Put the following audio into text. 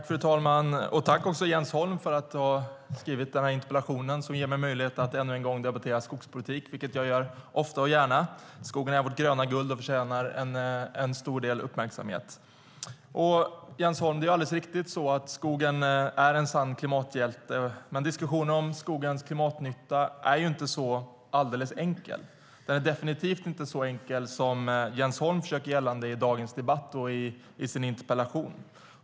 Fru talman! Jag tackar Jens Holm för att han har ställt denna interpellation som ger mig möjlighet att ännu en gång diskutera skogspolitik, vilket jag ofta och gärna gör. Skogen är vårt gröna guld och förtjänar mycket uppmärksamhet. Det är riktigt, Jens Holm, att skogen är en sann klimathjälte, men diskussionen om skogens klimatnytta är inte alldeles enkel. Den är definitivt inte så enkel som Jens Holm försöker göra gällande i sin interpellation och i dagens debatt.